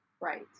Right